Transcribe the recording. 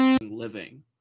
living